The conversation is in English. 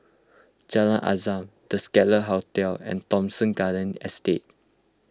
Jalan Azam the Scarlet Hotel and Thomson Garden Estate